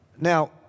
Now